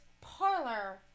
parlor